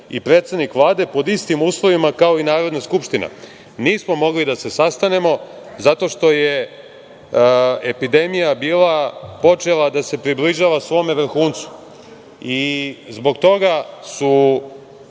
i predsednik Vlade pod istim uslovima kao i Narodna skupština.“ Nismo mogli da se sastanemo zato što je epidemija bila počela da se približava svome vrhuncu. Zbog toga su